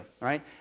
right